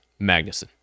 Magnuson